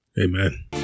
Amen